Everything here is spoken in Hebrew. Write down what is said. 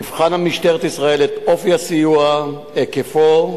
תבחן משטרת ישראל את אופי הסיוע ואת היקפו,